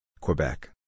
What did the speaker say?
Quebec